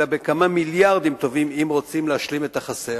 אלא בכמה מיליארדים טובים אם רוצים להשלים את החסר.